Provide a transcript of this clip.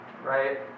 Right